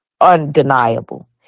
undeniable